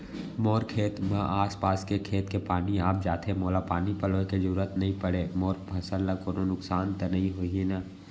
मोर खेत म आसपास के खेत के पानी आप जाथे, मोला पानी पलोय के जरूरत नई परे, मोर फसल ल कोनो नुकसान त नई होही न?